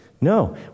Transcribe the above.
No